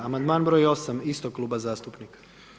Amandman br. 8 istog kluba zastupnika.